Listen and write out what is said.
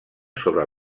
sobre